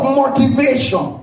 motivation